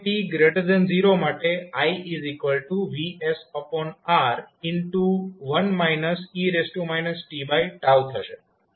સમય t 0 માટે iVsR 1 e t થશે